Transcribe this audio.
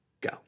go